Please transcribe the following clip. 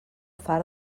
far